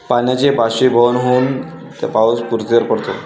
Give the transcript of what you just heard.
पाण्याचे बाष्पीभवन होऊन पाऊस पृथ्वीवर पडतो